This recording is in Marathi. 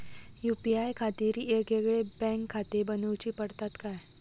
यू.पी.आय खातीर येगयेगळे बँकखाते बनऊची पडतात काय?